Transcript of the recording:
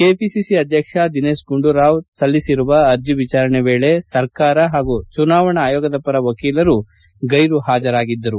KPC ಅದ್ದಕ್ಷ ದಿನೇಶ್ ಗುಂಡೂರಾವ್ ಸಲ್ಲಿಸಿರುವ ಅರ್ಜಿ ವಿಜಾರಣೆ ವೇಳೆ ಸರ್ಕಾರ ಹಾಗೂ ಚುನಾವಣಾ ಆಯೋಗದ ಪರ ವಕೀಲರು ಗೈರು ಹಾಜರಾಗಿದ್ದರು